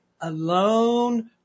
alone